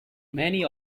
many